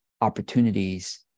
opportunities